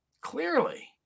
Clearly